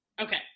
Okay